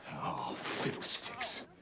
fiddlesticks!